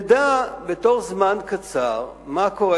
נדע בתוך זמן קצר מה קורה,